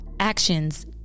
Actions